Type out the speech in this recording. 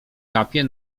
kapie